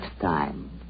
time